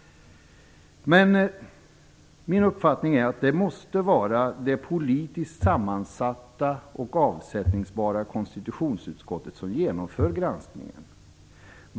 Min uppfattning är att det måste vara det politiskt sammansatta och avsättningsbara konstitutionsutskottet som genomför granskningen.